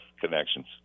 connections